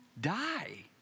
die